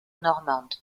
normande